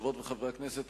חברות וחברי הכנסת,